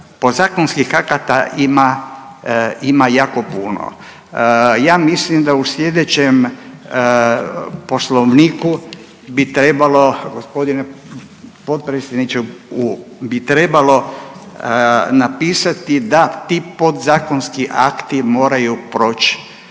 podzakonskih akata ima jako puno, ja mislim da u sljedećem poslovniku bi trebalo gospodine potpredsjedniče, bi trebalo napisati da ti podzakonski akti moraju proć